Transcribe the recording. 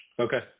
Okay